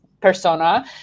persona